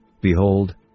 behold